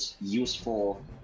useful